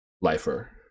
lifer